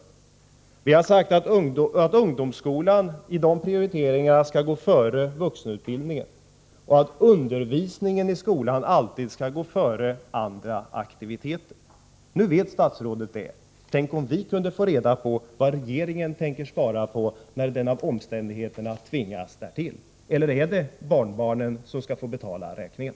Enligt dessa prioriteringar skall ungdomsskolan gå före vuxenutbildningen, och undervisningen i skolan skall alltid gå före andra aktiviteter. Nu vet statsrådet detta. Tänk om vi kunde få reda på vad regeringen tänker spara på när den av omständigheterna tvingas därtill. Eller är det barnbarnen som skall få betala räkningen?